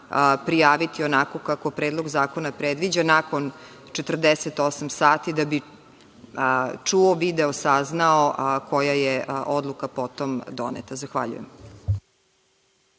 prijaviti onako kako predlog zakona predviđa nakon 48 sati, da bi čuo, video, saznao koja je odluka potom doneta. Zahvaljujem.